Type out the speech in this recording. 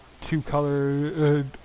two-color